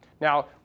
Now